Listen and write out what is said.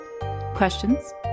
Questions